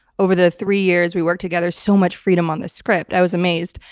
over the three years we worked together, so much freedom on the script. i was amazed.